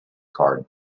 card